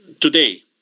today